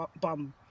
bum